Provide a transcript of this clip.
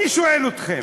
אני שואל אתכם: